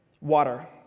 water